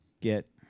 get